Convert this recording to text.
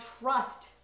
trust